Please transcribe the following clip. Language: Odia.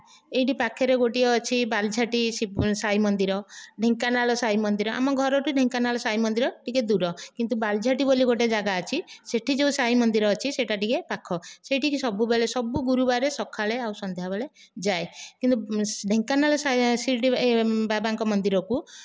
ଏଇଠି ପାଖରେ ଗୋଟେ ଅଛି ବାଲଝାଟି ସାଇ ମନ୍ଦିର ଢେଙ୍କାନାଳ ସାଇମନ୍ଦିର ଆମ ଘର ଠାରୁ ଢେଙ୍କାନାଳ ସାଇ ମନ୍ଦିର ଟିକିଏ ଦୂର କିନ୍ତୁ ବାଲଝାଟି ବୋଲି ଗୋଟିଏ ଜାଗା ଅଛି ସେଇଠି ଯେଉଁ ସାଇ ମନ୍ଦିର ଅଛି ସେଇଟା ଟିକେ ପାଖ ସେଇଠିକି ସବୁବେଳେ ସବୁ ଗୁରୁବାରେ ସକାଳେ ଆଉ ସନ୍ଧ୍ୟା ବେଳେ ଯାଏ କିନ୍ତୁ ଢେଙ୍କାନାଳ ଶିରିଡି ବାବାଙ୍କ ମନ୍ଦିର କୁ